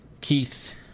Keith